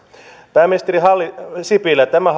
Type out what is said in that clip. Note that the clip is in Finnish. pääministeri sipilä tämä